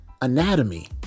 anatomy